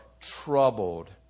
troubled